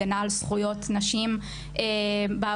הגנה על זכויות נשים בעבודה,